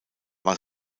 war